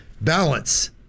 Balance